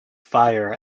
fire